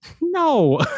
No